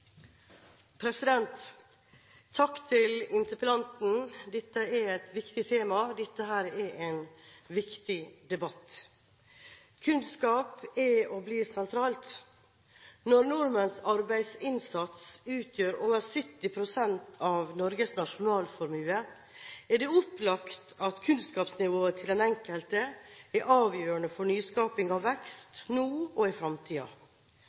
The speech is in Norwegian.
framtid? Takk til interpellanten. Dette er et viktig tema. Dette er en viktig debatt. Kunnskap er og blir sentralt. Når nordmenns arbeidsinnsats utgjør over 70 pst. av Norges nasjonalformue, er det opplagt at kunnskapsnivået til den enkelte er avgjørende for nyskaping og vekst nå og i